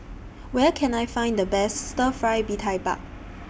Where Can I Find The Best Stir Fry Mee Tai Mak